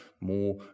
more